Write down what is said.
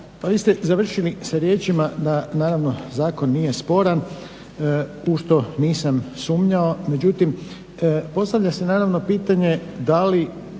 pa vi ste završili sa riječima da naravno zakon nije sporan u što nisam sumnjao. Međutim, postavlja se naravno pitanje da li